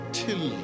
till